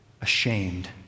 ashamed